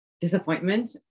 disappointment